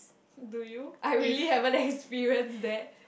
do you I really haven't experience that